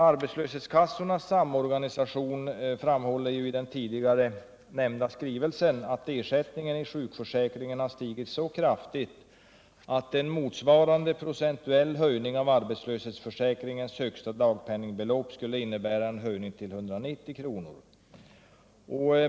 Arbetslöshetskassornas samorganisation framhåller i den tidigare nämnda skrivelsen att ersättningen inom sjukförsäkringen har stigit så kraftigt att en motsvarande procentuell höjning av arbetslöshetsförsäkringens högsta dagpenningbelopp skulle innebära en höjning till 190 kr.